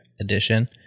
edition